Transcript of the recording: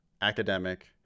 academic